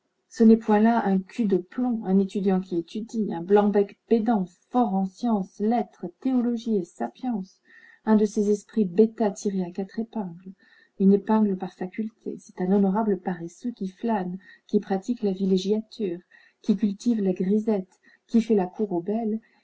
ce n'est point là un cul de plomb un étudiant qui étudie un blanc-bec pédant fort en sciences lettres théologie et sapience un de ces esprits bêtas tirés à quatre épingles une épingle par faculté c'est un honorable paresseux qui flâne qui pratique la villégiature qui cultive la grisette qui fait la cour